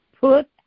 Put